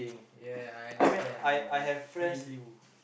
ya I understand bro I feel you